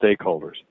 stakeholders